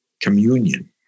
communion